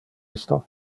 isto